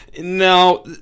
Now